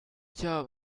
job